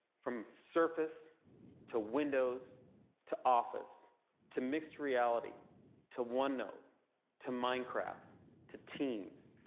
from surface to windows to office to mixed reality to onenote to minecraft to teams.